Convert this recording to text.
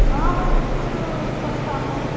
हाँ बस कल शाम को